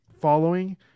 following